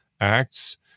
acts